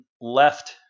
left